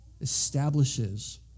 establishes